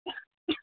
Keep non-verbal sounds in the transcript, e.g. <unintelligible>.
<unintelligible>